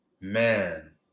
man